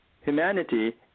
humanity